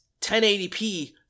1080p